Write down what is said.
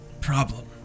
problem